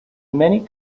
many